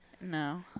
No